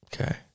Okay